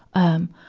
um,